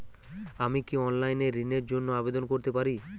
আমি কি অনলাইন এ ঋণ র জন্য আবেদন করতে পারি?